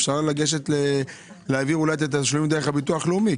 אפשר לגשת להעביר אולי את התשלומים דרך הביטוח הלאומי.